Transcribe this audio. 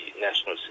national